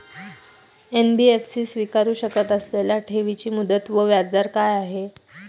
NBFC स्वीकारु शकत असलेल्या ठेवीची मुदत व व्याजदर काय आहे?